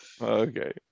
Okay